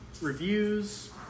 reviews